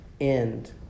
end